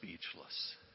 speechless